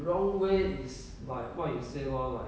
wrong ways like what you say lah